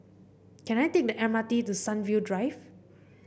can I take the M R T to Sunview Drive